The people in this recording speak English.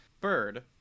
Bird